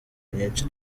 nyinshi